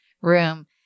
room